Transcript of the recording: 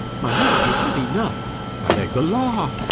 my lord you have enough i beg the law,